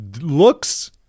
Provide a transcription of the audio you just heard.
looks